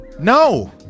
no